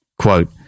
quote